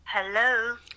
Hello